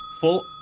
Full